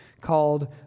called